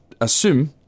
assume